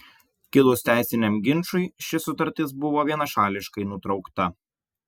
kilus teisiniam ginčui ši sutartis buvo vienašališkai nutraukta